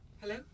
Hello